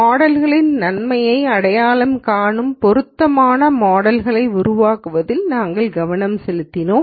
model களின் நன்மையை அடையாளம் காணும் பொருத்தமான மாடல் களை உருவாக்குவதில் நாங்கள் கவனம் செலுத்தினோம்